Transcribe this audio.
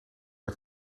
het